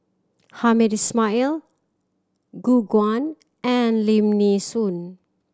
Hamed Ismail Gu Guan and Lim Nee Soon